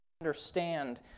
understand